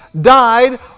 died